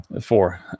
Four